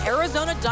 Arizona